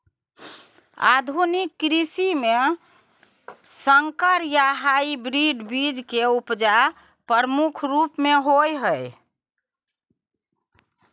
आधुनिक कृषि में संकर या हाइब्रिड बीज के उपजा प्रमुख रूप से होय हय